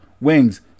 wings